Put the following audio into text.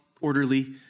orderly